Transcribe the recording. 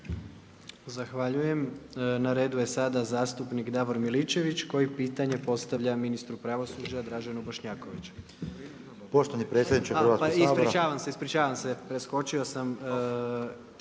Zahvaljujem. Na redu je sada zastupnik Davor Miličević koji pitanje postavlja ministru pravosuđa Draženu Bošnjakoviću. A ispričavam se, ispričavam se. Preskočio sam